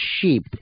sheep